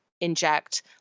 inject